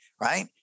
right